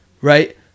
Right